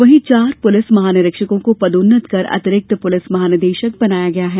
वहीं चार पुलिस महानिरीक्षकों को पदोन्नत कर अतिरिक्त पुलिस महानिदेशक बनाया गया है